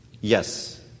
Yes